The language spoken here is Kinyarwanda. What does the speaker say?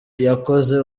yakoze